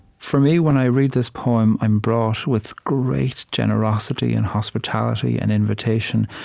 for me, when i read this poem, i'm brought, with great generosity and hospitality and invitation,